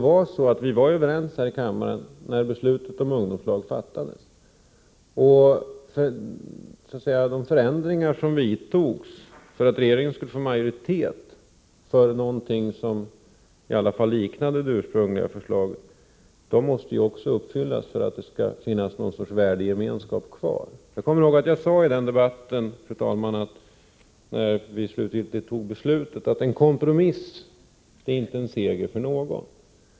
Vi var ju ändå överens här i kammaren när beslutet om ungdomslag fattades. De förändringar som vidtogs för att regeringen skulle få majoritet för någonting som i alla fall liknade det ursprungliga förslaget måste omsättas i praktiken för att det skall finnas någon värdegemenskap kvar. Jag minns att jagi den debatten sade, när vi slutgiltigt tog beslutet, att en kompromiss inte är en seger för någon.